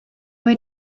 way